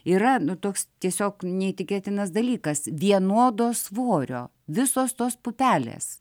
yra nu toks tiesiog neįtikėtinas dalykas vienodo svorio visos tos pupelės